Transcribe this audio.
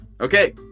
Okay